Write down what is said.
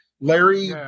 Larry